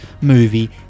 movie